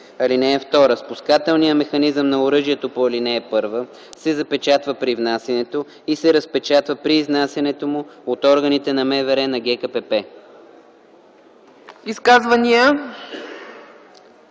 ГКПП. (2) Спускателният механизъм на оръжието по ал. 1 се запечатва при внасянето и се разпечатва при изнасянето му от органите на МВР на ГКПП.”